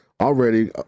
already